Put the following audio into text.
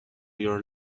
your